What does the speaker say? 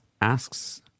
asks